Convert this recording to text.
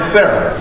Sarah